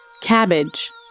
cabbage